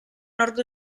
nord